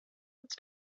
its